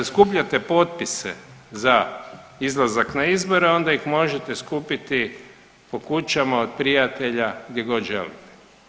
Kada skupljate potpise za izlazak na izbore onda ih možete skupiti po kućama, od prijatelja, gdje god želite.